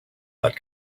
not